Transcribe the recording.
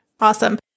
Awesome